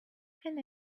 can